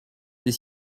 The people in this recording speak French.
des